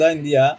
India